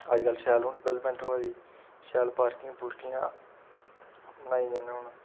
अज्जकल शैल हून डवैलमेंट होऐ दी शैल पॉर्किंग पुर्किंगां बनाई दियां हून